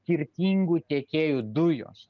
skirtingų tiekėjų dujos